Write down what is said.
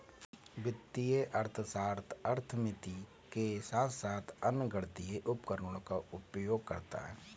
वित्तीय अर्थशास्त्र अर्थमिति के साथ साथ अन्य गणितीय उपकरणों का उपयोग करता है